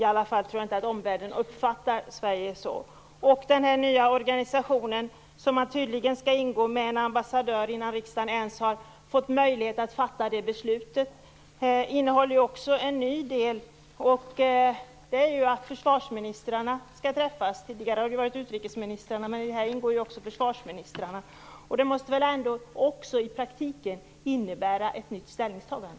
Jag tror inte att omvärlden uppfattar Sverige så. Den nya organisation man tydligen skall ingå i med ambassadör, innan riksdagen ens har fått möjlighet att fatta beslutet, innehåller en ny del, nämligen att försvarsministrarna skall träffas. Tidigare har det varit utrikesministrarna, men här ingår även försvarsministrarna. Det måste väl i praktiken innebära ett nytt ställningstagande?